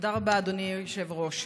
תודה רבה, אדוני היושב-ראש.